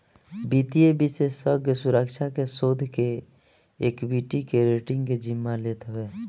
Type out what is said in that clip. वित्तीय विषेशज्ञ सुरक्षा के, शोध के, एक्वीटी के, रेटींग के जिम्मा लेत हवे